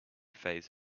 phase